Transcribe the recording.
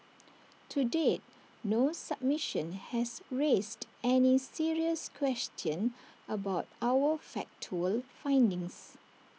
to date no submission has raised any serious question about our factual findings